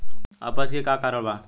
अपच के का कारण बा?